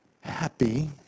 happy